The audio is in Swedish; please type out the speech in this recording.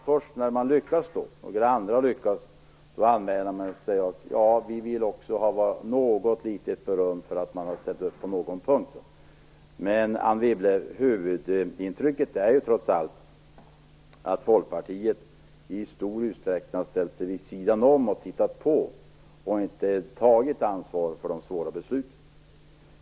Först när någon annan har lyckats anmäler man sig och vill också ha litet beröm för att man har ställt upp på någon punkt. Men, Anne Wibble, huvudintrycket är trots allt att Folkpartiet i stor utsträckning har ställt sig vid sidan om, tittat på och inte tagit ansvar för de svåra besluten.